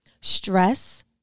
stress